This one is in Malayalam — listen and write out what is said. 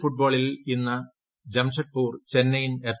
എൽ ഫുട്ബോളിൽ ഇന്ന് ജംഷെഡ്പൂർ ചെന്നൈയിൻ എഫ്